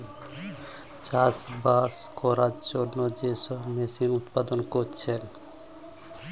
চাষবাস কোরার জন্যে যে সব মেশিন গুলা ব্যাভার কোরছে